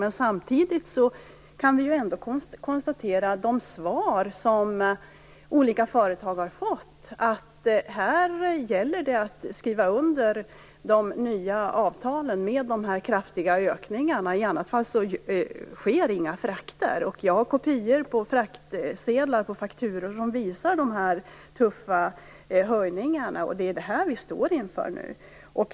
Men samtidigt kan vi ju ändå konstatera, genom de svar som olika företag har fått, att här gäller det att skriva under nya avtal med kraftiga ökningar. I annat fall sker nämligen inga frakter. Jag har kopior på fraktsedlar, på fakturor, som visar på tuffa höjningar. Det är det här som vi nu står inför.